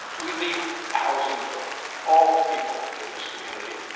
we need housing for all people in this community,